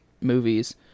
movies